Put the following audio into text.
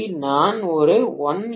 நான் ஒரு 1 எம்